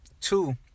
Two